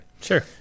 Sure